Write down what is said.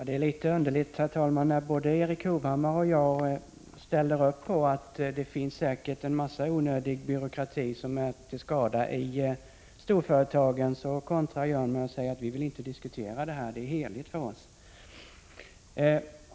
Herr talman! Det är litet underligt att när både Erik Hovhammar och jag håller med om att det säkert finns mycket onödig byråkrati, som är till skada för storföretagen, så kontrar Jörn Svensson med att säga att vi inte vill diskutera frågan därför att den är helig för oss.